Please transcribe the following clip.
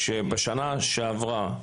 בשנה שעברה,